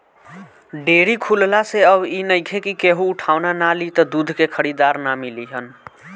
dairy खुलला से अब इ नइखे कि केहू उठवाना ना लि त दूध के खरीदार ना मिली हन